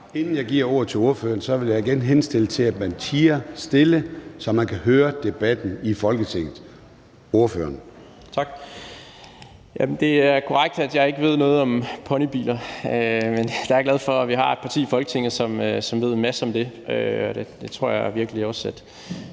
Inden jeg giver ordet til ordføreren, vil jeg igen henstille til, at der bliver tiet stille, så man kan høre debatten i Folketinget. Ordføreren. Kl. 10:55 Rasmus Jarlov (KF): Tak. Det er korrekt, at jeg ikke ved noget om ponybiler, men der er jeg glad for, at vi har et parti i Folketinget, som ved en masse om det, og det tror jeg virkelig også at